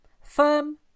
Firm